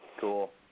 Cool